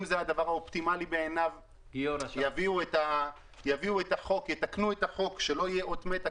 אם זה הדבר האופטימלי בעיניו יתקנו את החוק שלא יהיה אות מתה,